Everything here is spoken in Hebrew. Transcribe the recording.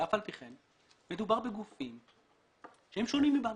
מדובר בגופים שהם שונים מבנק.